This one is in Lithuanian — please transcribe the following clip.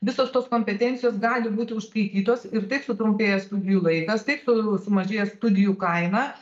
visos tos kompetencijos gali būti užskaitytos ir taip sutrumpėja studijų laikas taip su sumažėja studijų kaina